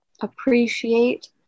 appreciate